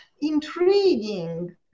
intriguing